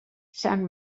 sant